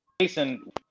Jason